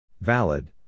Valid